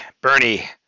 Bernie